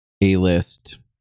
A-list